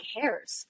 cares